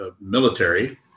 military